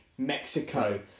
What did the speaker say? Mexico